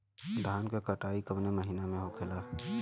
धान क कटाई कवने महीना में होखेला?